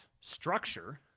structure